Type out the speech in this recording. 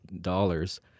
dollars